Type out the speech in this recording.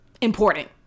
important